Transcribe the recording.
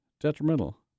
detrimental